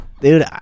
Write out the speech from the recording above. Dude